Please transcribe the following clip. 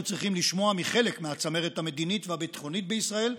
צריכים לשמוע מחלק מהצמרת המדינית והביטחונית בישראל,